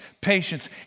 patience